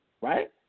right